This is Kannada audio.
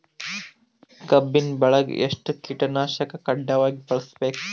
ಕಬ್ಬಿನ್ ಬೆಳಿಗ ಎಷ್ಟ ಕೀಟನಾಶಕ ಕಡ್ಡಾಯವಾಗಿ ಬಳಸಬೇಕು?